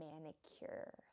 manicure